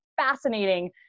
fascinating